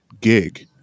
gig